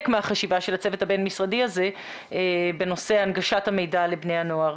מהחשיבה של הצוות הבין-משרדי הזה בנושא הנגשת המידע לבני הנוער.